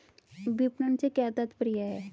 विपणन से क्या तात्पर्य है?